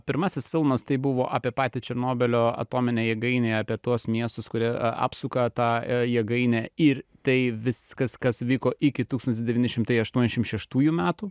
pirmasis filmas tai buvo apie patį černobylio atominėj jėgainėj apie tuos miestus kurie apsuka tą a jėgainę ir tai viskas kas vyko iki tūkstantis devyni šimtai aštuoniasdešim šeštųjų metų